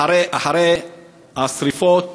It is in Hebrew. אחרי השרפות